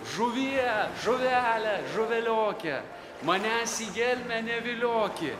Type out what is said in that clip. žuvie žuvele žuvelioke manęs į gelmę nevilioki